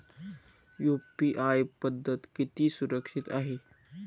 UPI पद्धत किती सुरक्षित आहे?